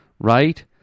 right